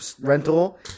rental